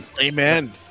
Amen